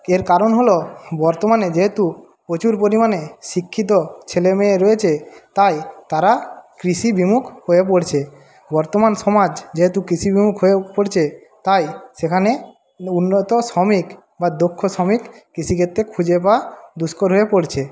এর কারণ হল বর্তমানে যেহেতু প্রচুর পরিমাণে শিক্ষিত ছেলে মেয়ে রয়েছে তাই তারা কৃষি বিমুখ হয়ে পড়ছে বর্তমান সমাজ যেহেতু কৃষি বিমুখ হয়ে পড়ছে তাই সেখানে উন্নত শ্রমিক বা দক্ষ শ্রমিক কৃষিক্ষেত্রে খুঁজে পাওয়া দুষ্কর হয়ে পড়ছে